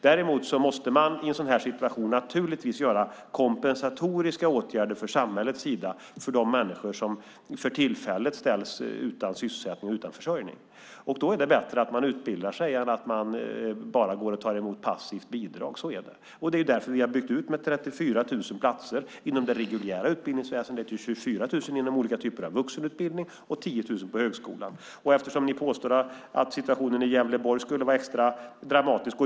Däremot måste man i en sådan här situation naturligtvis vidta kompensatoriska åtgärder från samhällets sida för de människor som för tillfället ställs utan sysselsättning och utan försörjning. Då är det bättre att människor utbildar sig än att de bara är passiva och går och tar emot bidrag. Så är det. Det är därför som vi har byggt ut med 34 000 platser inom det reguljära utbildningsväsendet, med 24 000 platser inom olika typer av vuxenutbildning och med 10 000 platser på högskolan. Ni påstår att situationen i Gävleborg skulle vara extra dramatisk.